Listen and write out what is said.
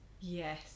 yes